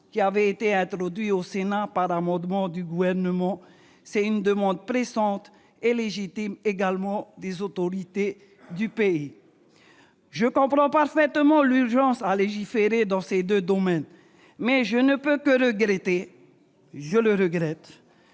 qui avait été introduit au Sénat par amendement du Gouvernement et qui répond à une demande pressante et légitime des autorités du pays. Je comprends parfaitement l'urgence à légiférer dans ces deux domaines, mais je ne peux que regretter que, dans cette